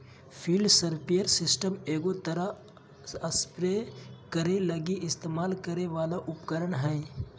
field sprayer system एगो तरह spray करे लगी इस्तेमाल करे वाला उपकरण हइ